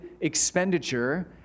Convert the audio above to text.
expenditure